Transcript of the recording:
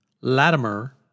Latimer